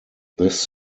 this